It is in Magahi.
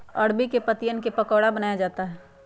अरबी के पत्तिवन क पकोड़ा बनाया जाता है